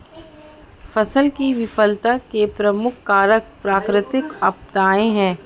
फसल की विफलता के प्रमुख कारक प्राकृतिक आपदाएं हैं